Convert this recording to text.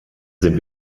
sind